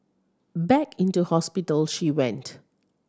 back into hospital she went